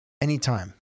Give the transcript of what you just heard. anytime